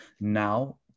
now